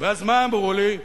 אז מה אמרו לי?